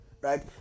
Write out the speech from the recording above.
right